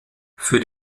für